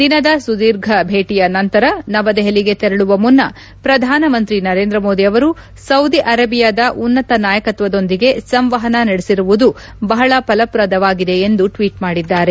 ದಿನದ ಸುದೀರ್ಘ ಭೇಟಿಯ ನಂತರ ನವದೆಹಲಿಗೆ ತೆರಳುವ ಮುನ್ನ ಪ್ರಧಾನಮಂತ್ರಿ ನರೇಂದ್ರ ಮೋದಿ ಅವರು ಸೌದಿ ಅರೇಬಿಯಾದ ಉನ್ನತ ನಾಯಕತ್ವದೊಂದಿಗೆ ಸಂವಹನ ನಡೆಸಿರುವುದು ಬಹಳ ಫಲಪ್ರದವಾಗಿದೆ ಎಂದು ಟ್ವೀಟ್ ಮಾಡಿದ್ದಾರೆ